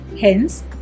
hence